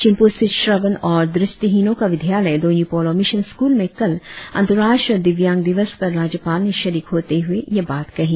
चिम्पू स्थित श्रवण और दृष्टिहीनो का विद्यालय दोन्यी पोलो मिशन स्कूल में कल अंतर्राष्ट्रीय दिव्यांग दिवस पर राज्यपाल ने शरीक होते हुए यह बात कही